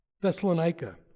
Thessalonica